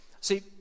see